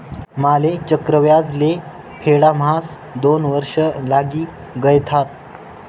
माले चक्रव्याज ले फेडाम्हास दोन वर्ष लागी गयथात